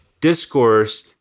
discourse